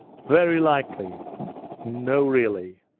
very likely no really.